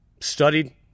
studied